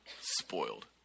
Spoiled